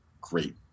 great